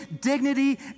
dignity